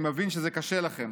אני מבין שזה קשה לכם.